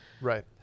Right